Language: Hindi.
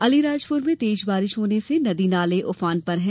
अलीराजपुर में तेज बारिश होने से नदी नाले उफान पर हैं